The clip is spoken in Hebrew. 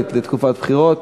לפרוטוקול.